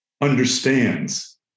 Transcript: understands